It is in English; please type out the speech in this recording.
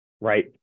right